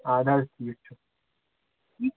اَدٕ حظ ٹھیٖک چھُ